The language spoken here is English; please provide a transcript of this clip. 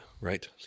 Right